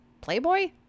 Playboy